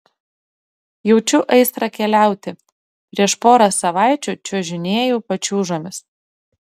jaučiu aistrą keliauti prieš porą savaičių čiuožinėjau pačiūžomis